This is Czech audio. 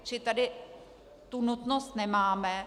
Čili tady tu nutnost nemáme.